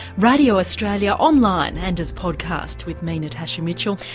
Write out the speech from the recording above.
radio australia, online and as podcast with me natasha mitchell,